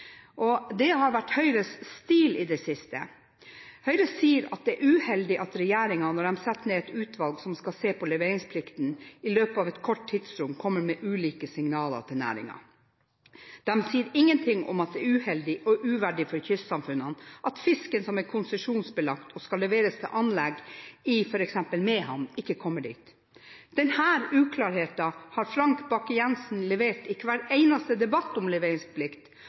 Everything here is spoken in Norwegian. og det har vært Høyres stil i det siste. Høyre sier at det er uheldig at regjeringen, når den setter ned et utvalg som skal se på leveringsplikten, i løpet av et kort tidsrom kommer med ulike signaler til næringen. De sier ingenting om at det er uheldig og uverdig for kystsamfunnene at fisken som er konsesjonsbelagt og skal leveres til anlegg i f.eks. Mehamn, ikke kommer dit. Denne uklarheten har Frank Bakke-Jensen levert i hver eneste debatt om leveringsplikt,